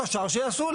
השאר שיעשו,